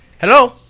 Hello